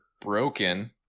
broken